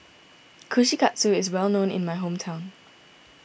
Kushikatsu is well known in my hometown